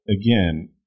again